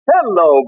Hello